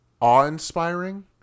awe-inspiring